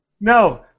No